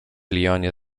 lyonie